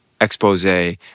expose